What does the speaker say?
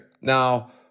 Now